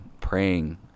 praying